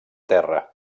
terra